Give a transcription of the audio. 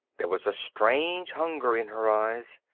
there was a strange hunger in her eyes.